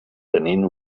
tenint